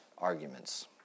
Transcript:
arguments